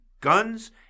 guns